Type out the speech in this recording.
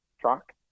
truck